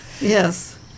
yes